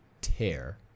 tear